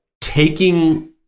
taking